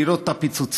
לראות את הפיצוצים.